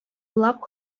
уйлап